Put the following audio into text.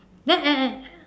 then eh eh